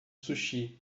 sushi